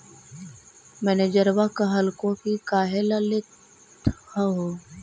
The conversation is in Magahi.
मैनेजरवा कहलको कि काहेला लेथ हहो?